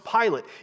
Pilate